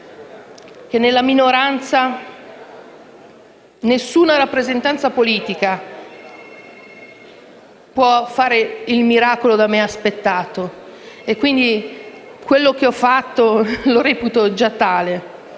che nella minoranza nessuna rappresentanza politica può fare il miracolo da me aspettato; quello che ho fatto, lo reputo già tale,